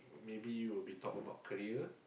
maybe we will be talk about prayer